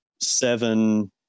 seven